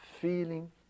feeling